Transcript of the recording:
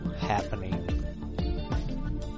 happening